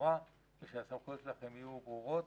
ברורה ושהסמכויות שלכם יהיו ברורות.